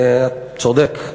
צודק.